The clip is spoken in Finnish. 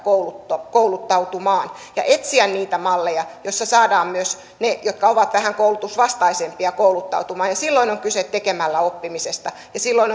kouluttautumaan ja etsiä niitä malleja joissa saadaan myös ne jotka ovat vähän koulutusvastaisempia kouluttautumaan ja silloin on kyse tekemällä oppimisesta ja silloin